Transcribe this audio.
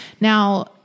Now